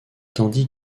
tandis